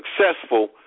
successful